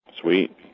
Sweet